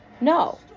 No